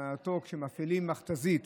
שכשמפעילים מכת"זית